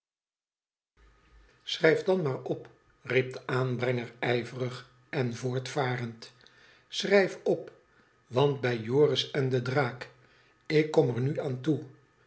schrijf dan maar op riep de aanbrenger ijverig en voortvarend schrijf op want bij joris en den draak ik kom er nu aan toe